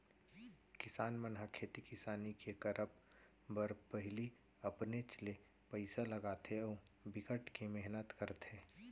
किसान मन ह खेती किसानी के करब बर पहिली अपनेच ले पइसा लगाथे अउ बिकट के मेहनत करथे